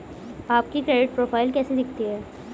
आपकी credit profile कैसी दिखती है?